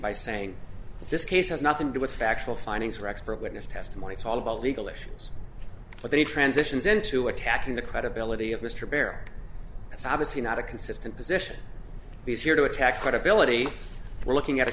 by saying this case has nothing to do with factual findings or expert witness testimony it's all about legal issues but the transitions into attacking the credibility of mr baer that's obviously not a consistent position because here to attack credibility we're looking at a